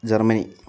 Germany